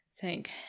Thank